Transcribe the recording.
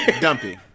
Dumpy